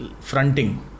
fronting